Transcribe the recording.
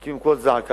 מקימים קול זעקה.